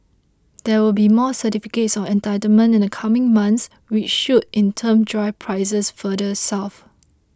there will be more certificates of entitlement in the coming months which should in turn drive prices further south